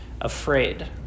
afraid